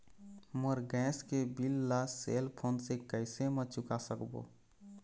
मोर gas के bill ला cell phone से कैसे म चुका सकबो?